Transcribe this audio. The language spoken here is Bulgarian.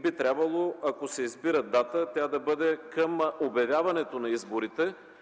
Би трябвало, ако се избира дата, тя да бъде към обявяването на изборите,